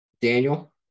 Daniel